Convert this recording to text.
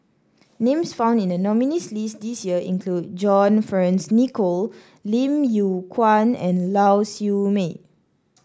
names found in the nominees' list this year include John Fearns Nicoll Lim Yew Kuan and Lau Siew Mei